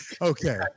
Okay